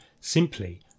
simply